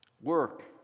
Work